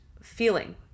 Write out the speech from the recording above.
feeling